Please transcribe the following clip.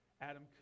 Adam